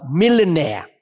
millionaire